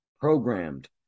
programmed